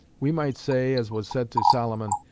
we might say, as was said to solomon,